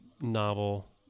novel